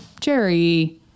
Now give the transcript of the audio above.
Jerry